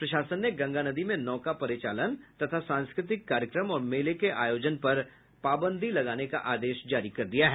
प्रशासन ने गंगा नदी में नौका परिचालन तथा सांस्कृतिक कार्यक्रम और मेले के आयोजन पर पाबंदी लगाने का आदेश जारी किया है